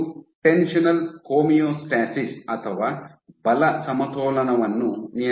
ಇದು tensional homeostasis ಅಥವಾ ಬಲ ಸಮತೋಲನವನ್ನು ನಿಯಂತ್ರಿಸುತ್ತದೆ